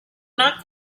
not